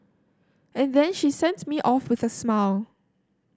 and then she sent me off with a smile